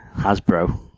Hasbro